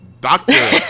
Doctor